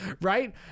Right